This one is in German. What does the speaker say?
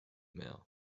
mehr